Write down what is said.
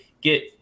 get